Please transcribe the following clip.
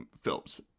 films